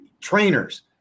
trainers